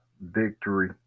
victory